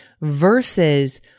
versus